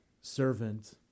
servant